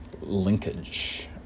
linkage